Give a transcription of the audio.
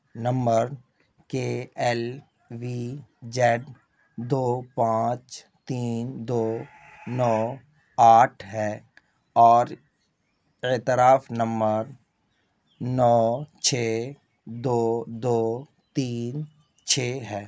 number K L V Z دو پانچ تین دو نو آٹھ ہے اور اعتراف نمبر نو چھ دو دو تین چھ ہے